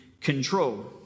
control